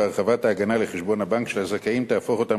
והרחבת ההגנה לחשבון הבנק של הזכאים תהפוך אותה